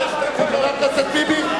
(חבר הכנסת דוד רותם יוצא מאולם המליאה.) חבר הכנסת ביבי,